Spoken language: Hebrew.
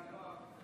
לא אהבת את זה.